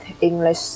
English